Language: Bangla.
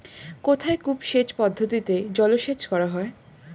কোথায় কূপ সেচ পদ্ধতিতে জলসেচ করা হয়?